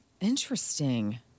Interesting